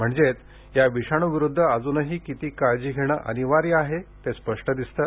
म्हणजेच या विषाणूविरुदध अजूनही किती काळजी घेणं अनिवार्य आहे ते स्पष्ट दिसतं